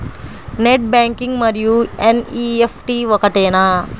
Net banking మరియు NEFT ఒకటేనా?